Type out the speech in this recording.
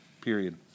period